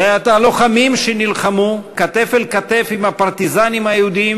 ואת הלוחמים שנלחמו כתף אל כתף עם הפרטיזנים היהודים